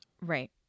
Right